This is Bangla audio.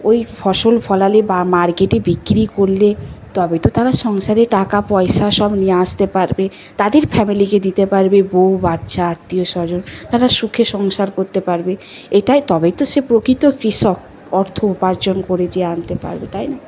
ওই ফসল ফলালে বা মার্কেটে বিক্রি করলে তবে তো তারা সংসারে টাকাপয়সা সব নিয়ে আসতে পারবে তাদের ফ্যামিলিকে দিতে পারবে বউ বাচ্চা আত্মীয় স্বজন তারা সুখে সংসার করতে পারবে এটাই তবেই তো সে প্রকৃত কৃষক অর্থ উপার্জন করে যে আনতে পারবে তাই না